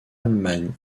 allemagne